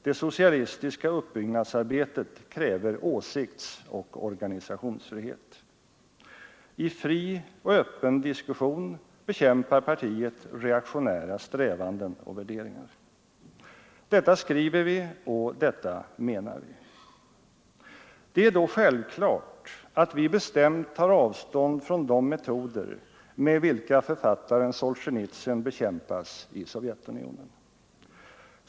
Det socialistiska uppbyggnadsarbetet kräver åsiktsoch organisationsfrihet.” ”I fri och öppen diskussion bekämpar partiet reaktionära strävanden och värderingar.” Detta skriver vi och detta menar vi. Det är då självklart att vi bestämt tar avstånd från de metoder med vilka författaren Solzjenitsyn bekämpas i Sovjetunionen.